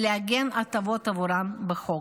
ולעגן הטבות עבורן בחוק.